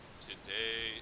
Today